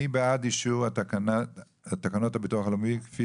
מי בעד אישור תקנות הביטוח הלאומי כפי